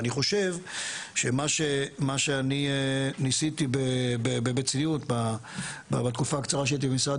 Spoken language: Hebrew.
ואני חושב שמה שאני ניסיתי בתקופה הקצרה שהייתי במשרד